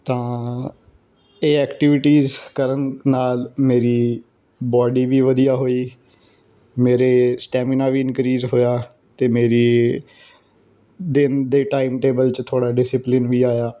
ਤਾਂ ਇਹ ਐਕਟੀਵਿਟੀਜ ਕਰਨ ਨਾਲ ਮੇਰੀ ਬਾਡੀ ਵੀ ਵਧੀਆ ਹੋਈ ਮੇਰੇ ਸਟੈਮਿਨਾ ਵੀ ਇਨਕਰੀਜ ਹੋਇਆ ਅਤੇ ਮੇਰੀ ਦਿਨ ਦੇ ਟਾਈਮ ਟੇਬਲ 'ਚ ਥੋੜ੍ਹਾ ਡਿਸਿਪਲੀਨ ਵੀ ਆਇਆ